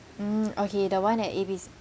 mm okay the one at A B C